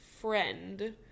friend